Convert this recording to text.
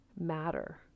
matter